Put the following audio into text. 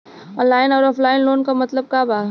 Online अउर offline loan क मतलब का बा?